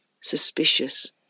suspicious